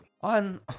on